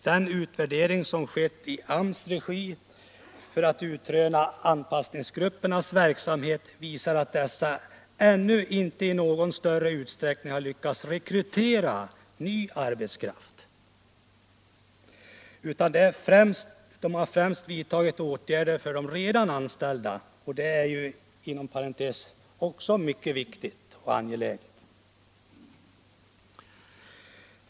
Den utvärdering som skett i AMS regi för att utröna anpassningsgruppernas verksamhet visar, att dessa ännu inte i någon större utsträckning har lyckats rekrytera ny arbetskraft utan främst vidtagit åtgärder för de redan anställda, och det är inom parentes sagt också en mycket viktig och angelägen uppgift.